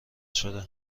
شده